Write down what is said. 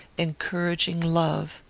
encouraging love